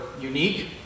unique